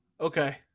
okay